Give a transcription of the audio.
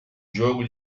jogo